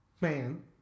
man